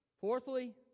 fourthly